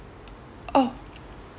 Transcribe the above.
oh